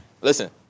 Listen